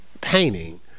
painting